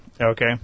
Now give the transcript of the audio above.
Okay